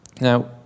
Now